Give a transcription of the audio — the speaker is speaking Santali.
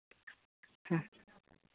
ᱦᱮᱸ